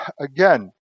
again